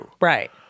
right